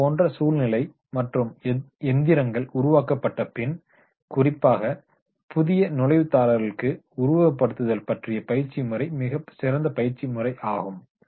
அதுபோன்ற சூழ்நிலை மற்றும் எந்திரங்கள் உருவாக்கப்பட்ட பின் குறிப்பாக புதிய நுழைவுதாரர்களுக்கு உருவகப்படுத்துதல் பற்றிய பயிற்சி முறை மிகச் சிறந்த பயிற்சி முறை ஆகும்